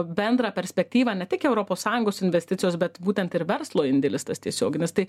bendrą perspektyvą ne tik europos sąjungos investicijos bet būtent ir verslo indėlis tas tiesioginis tai